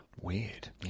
Weird